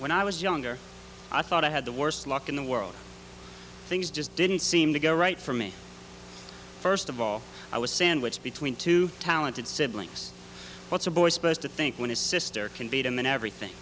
when i was younger i thought i had the worst luck in the world things just didn't seem to go right for me first of all i was sandwiched between two talented siblings what's a boy supposed to think when his sister can beat and then everything